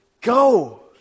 go